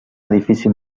edifici